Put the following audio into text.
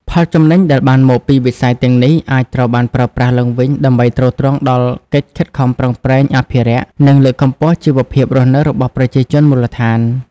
ផលចំណេញដែលបានមកពីវិស័យទាំងនេះ អាចត្រូវបានប្រើប្រាស់ឡើងវិញដើម្បីទ្រទ្រង់ដល់កិច្ចខិតខំប្រឹងប្រែងអភិរក្ស និងលើកកម្ពស់ជីវភាពរស់នៅរបស់ប្រជាជនមូលដ្ឋាន។